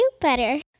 better